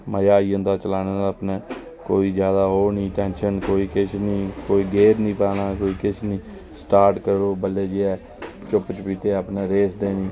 मजा आई जंदा चलाने गी अपने कोई ओह् नी टैंयशन नीं कोई गेयर नीं पाना कोई किश नीं पाना स्टार्ट करो बल्लै जेह्यै चुप चपीते अपने रेस देनी